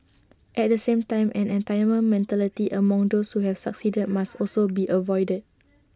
at the same time an entitlement mentality among those who have succeeded must also be avoided